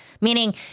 Meaning